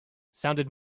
sounded